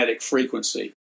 frequency